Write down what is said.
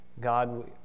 God